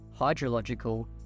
hydrological